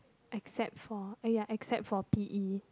except for oh ya except for P_E